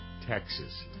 Texas